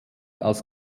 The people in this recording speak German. als